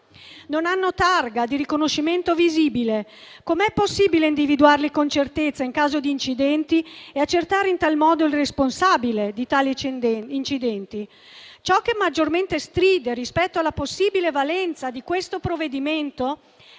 non hanno targa di riconoscimento visibile. Com'è possibile individuarli con certezza in caso di incidenti e accertarne in tal modo il responsabile? Ciò che maggiormente stride con la possibile valenza di questo provvedimento